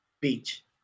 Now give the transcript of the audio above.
beach